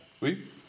Oui